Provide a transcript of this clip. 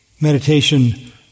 meditation